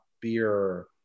beer